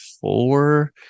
four